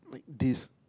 this